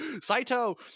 Saito